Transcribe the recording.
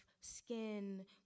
skin